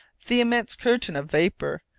the immense curtain of vapour,